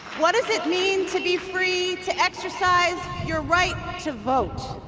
what does it mean to be free to exercise your right to vote?